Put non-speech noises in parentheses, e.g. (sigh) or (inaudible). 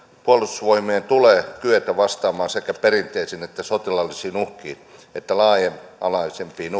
puolustusvoimien tulee kyetä vastaamaan sekä perinteisiin sotilaallisiin uhkiin että laaja alaisempiin (unintelligible)